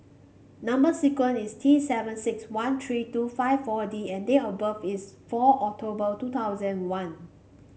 number sequence is T seven six one three two five four D and date of birth is four October two thousand and one